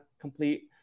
complete